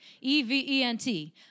E-V-E-N-T